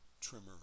trimmer